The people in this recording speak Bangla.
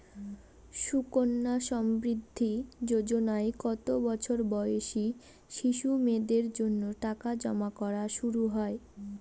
সুকন্যা সমৃদ্ধি যোজনায় কত বছর বয়সী শিশু মেয়েদের জন্য টাকা জমা করা শুরু হয়?